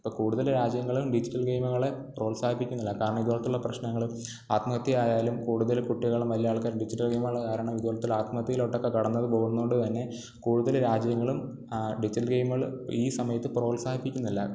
ഇപ്പം കൂടുതൽ രാജ്യങ്ങൾ ഡിജിറ്റൽ ഗെയിമുകളെ പ്രോത്സാഹിപ്പിക്കുന്നില്ല കാരണം ഇതുപോലത്തുള്ള പ്രശ്നങ്ങൾ ആത്മഹത്യയായാലും കൂടുതൽ കുട്ടികളും വലിയ ആൾക്കാരും ഡിജിറ്റൽ ഗെയിമുകൾ കാരണം ഇതുപോലത്തുള്ള ആത്മഹത്യയിലോട്ടൊക്കെ കടന്നു പോകുന്നതു കൊണ്ടു തന്നെ കൂടുതൽ രാജ്യങ്ങളും ഡിജിറ്റൽ ഗെയിമുകൾ ഈ സമയത്തു പ്രോത്സാഹിപ്പിക്കുന്നില്ല